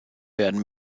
werden